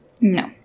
No